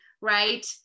right